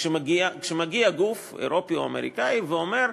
כשמגיע גוף אירופי או אמריקני ואומר: